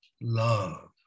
love